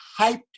hyped